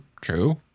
true